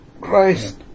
Christ